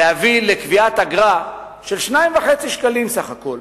להביא לקביעת אגרה של 2.5 שקלים בסך הכול.